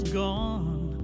gone